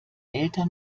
eltern